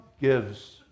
gives